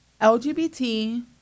LGBT